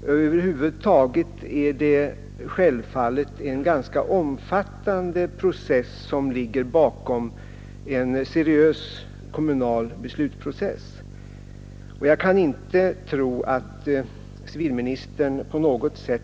Det är över huvud taget ett ganska omfattande skeende som ligger bakom en seriös kommunal beslutsprocess. Jag kan inte tro att civilministern